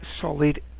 solid